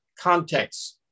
context